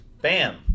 bam